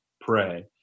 pray